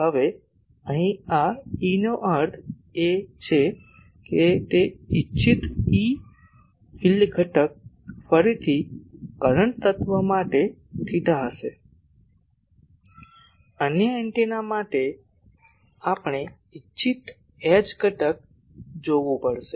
હવે અહીં આ Eનો અર્થ એ છે કે ઇચ્છિત E ફિલ્ડ ઘટક ફરીથી કરંટ તત્વ માટે આ થેટા હશે અન્ય એન્ટેના માટે આપણે ઇચ્છિત H ફિલ્ડ ઘટક જોવું પડશે